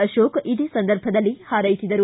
ಅಶೋಕ್ ಇದೇ ಸಂದರ್ಭದಲ್ಲಿ ಹಾರೈಸಿದರು